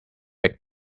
big